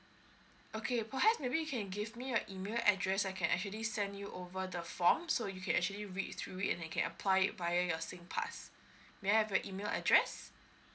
okay perhaps maybe you can give me your email address I can actually send you over the form so you can actually read through it and can apply it via your singpass may I have your email address